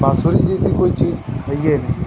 बांसुरी जैसे कोई चीज़ है ही नहीं है